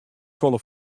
folle